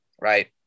Right